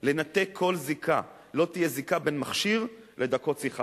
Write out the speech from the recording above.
לנתק כל זיקה, לא תהיה זיקה בין מכשיר לדקות שיחה.